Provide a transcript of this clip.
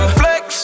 flex